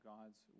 God's